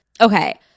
okay